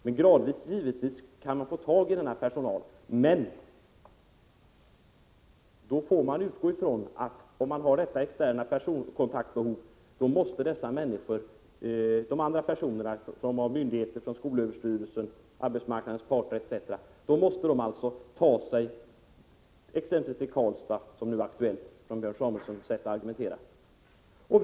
Man kan givetvis gradvis få tag i denna personal, men om man har ett externt personkontaktbehov måste dessa andra personer från skolöverstyrelsen, arbetsmarknadens parter o.d. ta sig till exempelvis Karlstad, som är aktuellt i Björn Samuelsons argumentation.